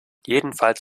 jedenfalls